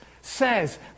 says